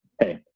hey